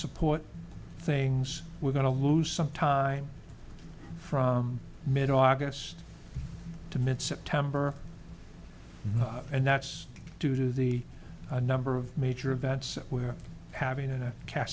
support things we're going to lose some time from mid august to mid september and that's due to the number of major events we're having a